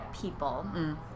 people